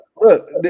look